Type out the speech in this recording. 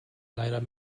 leider